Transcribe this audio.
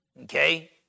Okay